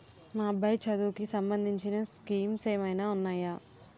మా అబ్బాయి చదువుకి సంబందించిన స్కీమ్స్ ఏమైనా ఉన్నాయా?